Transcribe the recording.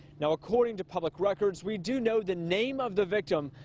now, according to public records, we do know the name of the victim.